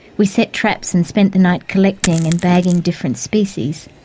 we set traps and spent the night collecting and bagging different species.